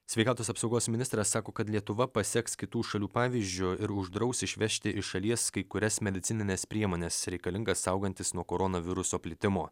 sveikatos apsaugos ministras sako kad lietuva paseks kitų šalių pavyzdžiu ir uždraus išvežti iš šalies kai kurias medicinines priemones reikalingas saugantis nuo koronaviruso plitimo